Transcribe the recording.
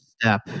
step